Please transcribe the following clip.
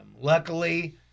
luckily